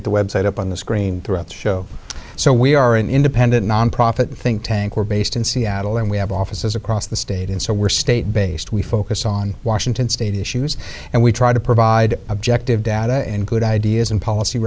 to the web site up on the screen throughout the show so we are an independent nonprofit think tank we're based in seattle and we have offices across the state and so we're state based we focus on washington state issues and we try to provide objective data and good ideas and policy